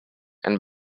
and